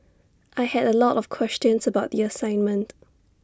I had A lot of questions about the assignment